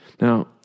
Now